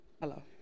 Hello